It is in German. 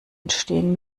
entstehen